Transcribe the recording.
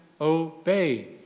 obey